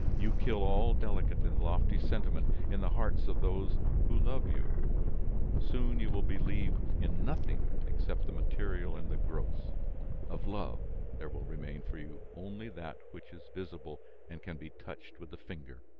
you kill all delicate and lofty sentiment in the hearts of those who love you soon you will believe in nothing except the material and the gross of love, there will remain for you only that which is visible and can be touched with the finger.